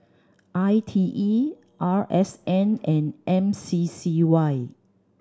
I T E R S N and M C C Y